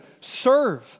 Serve